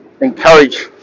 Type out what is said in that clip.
encourage